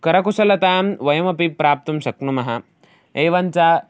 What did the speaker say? करकुशलतां वयमपि प्राप्तुं शक्नुमः एवं च